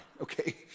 Okay